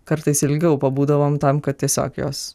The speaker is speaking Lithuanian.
kartais ilgiau pabūdavom tam kad tiesiog jos